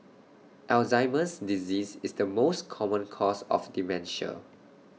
Alzheimer's disease is the most common cause of dementia